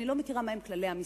אני לא מכירה מהם כללי המשחק.